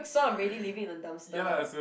so I'm really living in the dumpster [what]